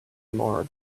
morgue